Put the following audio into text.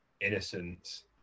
innocence